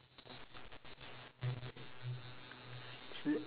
is it